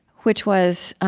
which was